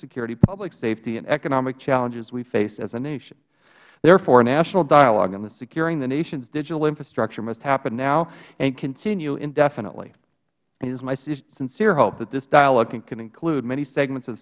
security public safety and economic challenges we face as a nation therefore a national dialog in securing the nation's digital infrastructure must happen now and continue indefinitely it is my sincere hope that this dialog can include many segments of